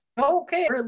Okay